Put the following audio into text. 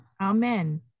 amen